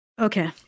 Okay